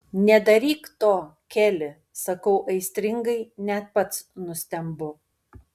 nedaryk to keli sakau aistringai net pats nustembu